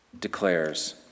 declares